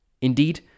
Indeed